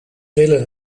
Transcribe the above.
willen